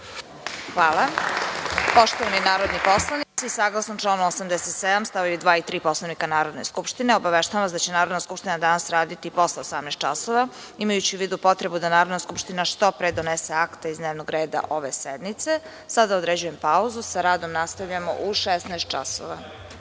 Hvala. Poštovani narodni poslanici, saglasno članu 87. stavovi 2. i 3. Poslovnika Narodne skupštine, obaveštavam vas da će Narodna skupština danas raditi i posle 18,00 časova, imajući u vidu potrebu da Narodna skupština što pre donese akta iz dnevnog reda ove sednice. Sada određujem pauzu. Nastavljamo sa radom